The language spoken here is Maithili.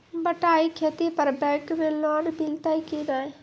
बटाई खेती पर बैंक मे लोन मिलतै कि नैय?